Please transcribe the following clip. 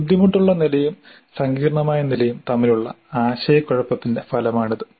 ബുദ്ധിമുട്ടുള്ള നിലയും സങ്കീർണ്ണമായ നിലയും തമ്മിലുള്ള ആശയക്കുഴപ്പത്തിന്റെ ഫലമാണിത്